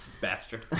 bastard